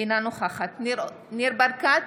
אינה נוכחת ניר ברקת,